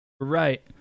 Right